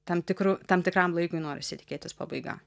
tam tikru tam tikram laikui norisi tikėtis pabaiga